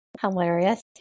Hilarious